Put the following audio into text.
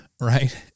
right